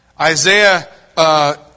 Isaiah